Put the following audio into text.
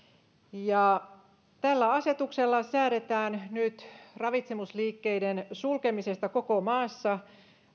tällä asetuksella säädetään nyt ravitsemusliikkeiden sulkemisesta koko maassa